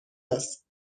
است